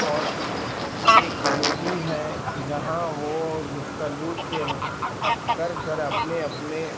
اور ایک کمیٹی ہے جہاں وہ گفتگو کے کر کر اپنے اپنے